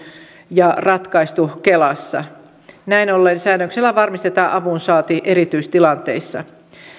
ja ratkaistu kelassa näin ollen säädöksellä varmistetaan avunsaanti erityistilanteissa